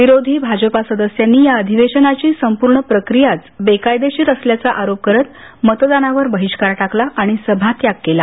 विरोधी भाजपा सदस्यांनी या अधिवेशनाची संपूर्ण प्रक्रियाच बेकायदेशीर असल्याचा आरोप करत मतदानावर बहिष्कार टाकला आणि सभात्याग केला